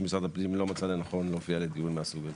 משרד הפנים לא מצא לנכון להופיע לדיון מהסוג הזה.